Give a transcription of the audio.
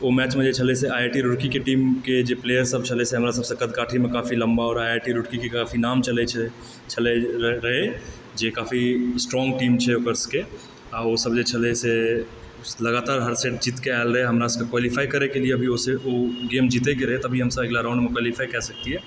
ओ मैचमे जे छलए से आइ आइ टी रूड़कीके टीमके जे प्लयेर सब छलए से हमरा सबसँ कद काठीमे काफी लम्बा आओर आइ आइ टी रूड़कीके काफी नाम छलए रहए जे काफी स्ट्रोंग टीम छै ओकर सबके आ ओ सब जे छलए से लगातार हर सेट जीतके आएल रहए हमरा सबके क्वालिफ़ाई करएके लिए भी ओ गेम जीतेके रहए तभी हमसब अगला राउंडमे क्वालिफ़ाई कए सकतिऐ